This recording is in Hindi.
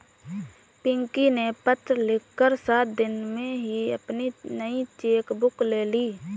पिंकी ने पत्र लिखकर सात दिन में ही अपनी नयी चेक बुक ले ली